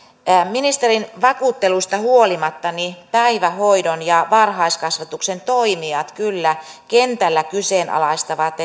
ministerin vakuutteluista huolimatta päivähoidon ja varhaiskasvatuksen toimijat kyllä kentällä kyseenalaistavat